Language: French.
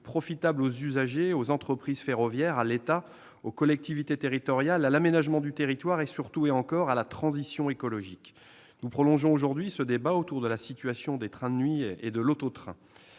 profitable aux usagers, aux entreprises ferroviaires, à l'État, aux collectivités territoriales et à l'aménagement du territoire et, surtout et encore, à la transition écologique. Nous prolongeons aujourd'hui ce débat autour de la situation des trains de nuit et de l'auto-train.